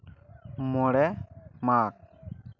ᱢᱚᱬᱮ ᱢᱟᱜᱽ